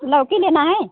लौकी लेना है